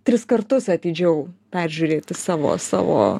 tris kartus atidžiau peržiūrėti savo savo